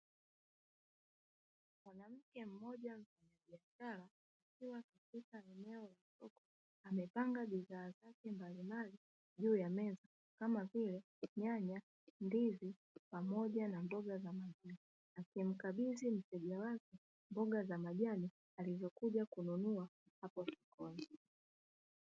Mwanamke mmoja mfanyabiashara akiwa katika eneo la soko amepanga bidhaa zake mbalimbali juu ya meza kama vile nyanya, ndizi pamoja na mboga za majani. Akimkabidhi mteja wake mboga za majani alizokuja kununua hapo sokoni.